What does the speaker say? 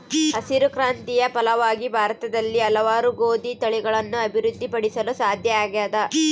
ಹಸಿರು ಕ್ರಾಂತಿಯ ಫಲವಾಗಿ ಭಾರತದಲ್ಲಿ ಹಲವಾರು ಗೋದಿ ತಳಿಗಳನ್ನು ಅಭಿವೃದ್ಧಿ ಪಡಿಸಲು ಸಾಧ್ಯ ಆಗ್ಯದ